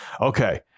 okay